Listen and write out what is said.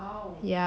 ya